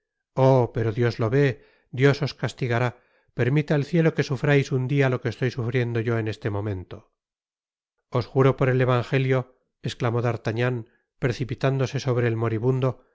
oh pero dios lo vé dios os castigará permita el cielo que sufrais un dia lo que estoy sufriendo yo en este momento os jaro por el evangelio esclamó d'artagnan precipitándose sobre el moribundo